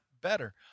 better